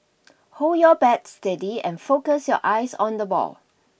hold your bat steady and focus your eyes on the ball